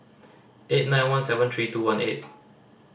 eight nine one seven three two one eight